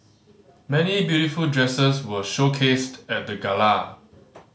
many beautiful dresses were showcased at the gala